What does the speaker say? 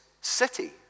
city